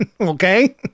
Okay